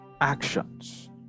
actions